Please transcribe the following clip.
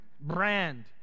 brand